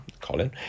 Colin